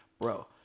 bro